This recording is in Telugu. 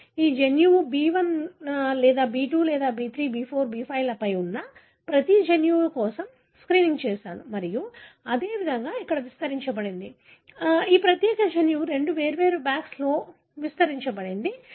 నేను ఈ జన్యువు B1 లేదా B2 లేదా B3 B4 B5 లపై ఉన్న ప్రతి జన్యువు కోసం స్క్రీనింగ్ చేసాను మరియు అదేవిధంగా ఇక్కడ విస్తరించబడింది ఇక్కడ విస్తరించబడింది ఈ ప్రత్యేక జన్యువు రెండు వేర్వేరు BACS లలో విస్తరించబడింది